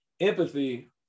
empathy